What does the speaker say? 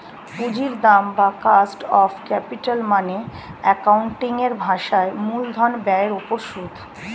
পুঁজির দাম বা কস্ট অফ ক্যাপিটাল মানে অ্যাকাউন্টিং এর ভাষায় মূলধন ব্যয়ের উপর সুদ